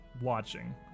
watching